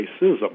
racism